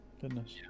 Goodness